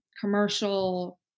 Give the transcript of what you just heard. commercial